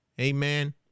Amen